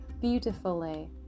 beautifully